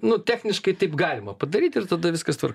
nu techniškai taip galima padaryti ir tada viskas tvar